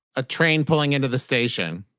a train pulling into the station,